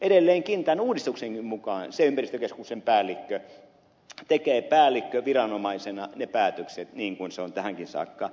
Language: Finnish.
edelleenkin tämän uudistuksenkin mukaan se ympäristökeskuksen päällikkö tekee päällikköviranomaisena ne päätökset niin kuin on tähänkin saakka tehnyt